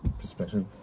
perspective